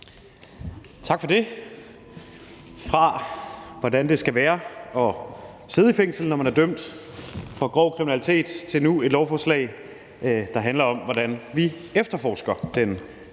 lovforslag om, hvordan det skal være at sidde i fængsel, når man er dømt for grov kriminalitet, til nu et lovforslag, der handler om, hvordan vi efterforsker den